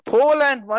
Poland